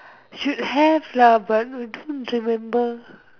should have lah but I don't remember